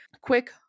quick